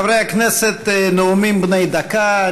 חברי הכנסת, נאומים בני דקה.